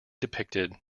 depicted